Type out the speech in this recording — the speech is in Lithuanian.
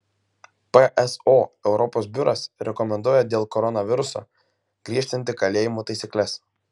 pso europos biuras rekomenduoja dėl koronaviruso griežtinti kalėjimų taisykles